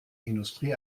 industrie